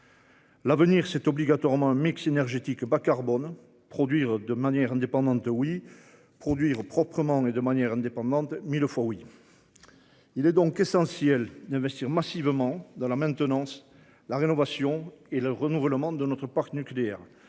L'avenir c'est obligatoirement un mix énergétiques bas-carbone produire de manière indépendante. Oui. Produire proprement et de manière indépendante. 1000 fois oui. Il est donc essentiel d'investir massivement dans la maintenance, la rénovation et le renouvellement de notre parc nucléaire